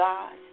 God